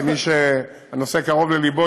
כמי שהנושא קרוב ללבו,